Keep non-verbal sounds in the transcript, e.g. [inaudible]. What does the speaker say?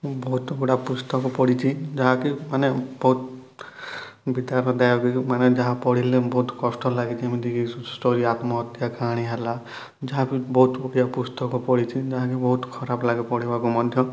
ମୁଁ ବହୁତ ଗୁଡ଼ା ପୁସ୍ତକ ପଢ଼ିଛି ଯାହାକି ମାନେ ବହୁତ [unintelligible] ମାନେ ଯାହା ପଢ଼ିଲେ ବହୁତ କଷ୍ଟ ଲାଗେ ଯେମିତିକି ଷ୍ଟୋରୀ ଆତ୍ମହତ୍ୟା କାହାଣୀ ହେଲା ଯାହାକି ବହୁତ ଗୁଡ଼ିଏ ପୁସ୍ତକ ପଢ଼ିଛି ଯାହାକି ବହୁତ ଖରାପ ଲାଗେ ପଢ଼ିବାକୁ ମଧ୍ୟ